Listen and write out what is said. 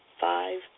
Five